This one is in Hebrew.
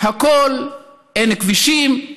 אין כבישים,